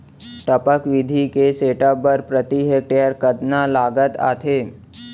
टपक विधि के सेटअप बर प्रति हेक्टेयर कतना लागत आथे?